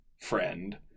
friend